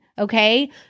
Okay